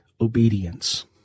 obedience